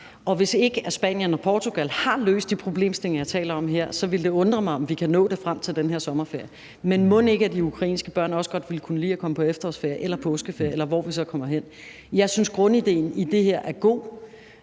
Og hvis ikke Spanien og Portugal har løst de problemstillinger, jeg taler om her, så ville det undre mig, at vi kunne nå det frem til den her sommerferie. Men mon ikke de ukrainske børn også godt ville kunne lide at komme på efterårsferie eller påskeferie, eller hvor vi så kommer hen? Jeg synes, at grundidéen i det her er god.